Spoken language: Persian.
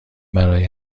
برای